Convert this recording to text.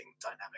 dynamic